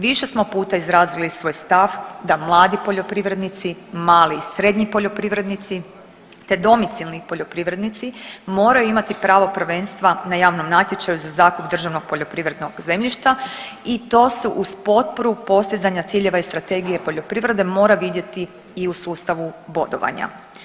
Više smo puta izrazili svoj stav da mladi poljoprivrednici, mali i srednji poljoprivrednici te domicilni poljoprivrednici moraju imati pravo prvenstva na javnom natječaju za zakup državnog poljoprivrednog zemljišta i to se uz potporu postizanja ciljeva iz Strategije poljoprivrede mora vidjeti i u sustavu bodovanja.